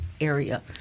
area